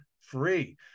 free